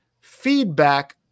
feedback